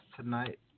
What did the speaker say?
tonight